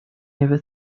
never